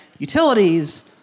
utilities